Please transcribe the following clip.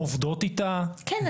עובדות איתה --- כן,